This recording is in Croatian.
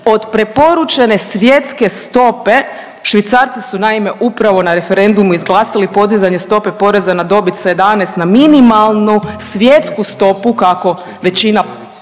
od preporuke svjetske stope, Švicarci su, naime, upravo na referendumu izglasali podizanje stope poreza na dobit sa 11 na minimalnu svjetsku stopu, kako većina